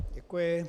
Děkuji.